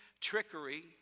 trickery